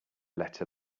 let